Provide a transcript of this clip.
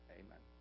amen